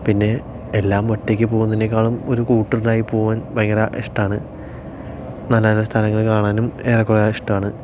പിന്നെ എല്ലാം ഒറ്റയ്ക്ക് പോകുന്നതിനേക്കാളും ഒരു കൂട്ട് ഉണ്ടായി പോകാന് ഭയങ്കര ഇഷ്ടമാണ് നല്ല നല്ല സ്ഥലങ്ങൾ കാണാനും ഏറെകുറേ ഇഷ്ടമാണ്